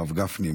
הרב גפני,